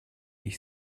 ich